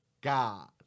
God